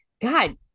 God